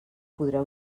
podreu